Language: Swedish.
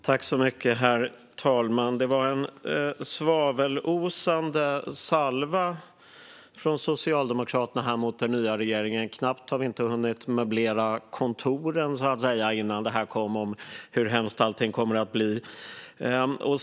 Herr talman! Det var en svavelosande salva från Socialdemokraterna här mot den nya regeringen. Vi hann knappt möblera kontoren innan det här kom om hur hemskt allting kommer att bli.